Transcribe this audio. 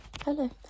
Hello